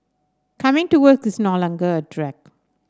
coming to work is no longer a drag